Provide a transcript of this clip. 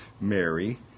Mary